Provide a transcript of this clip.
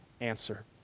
answer